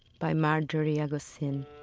by marjorie agosin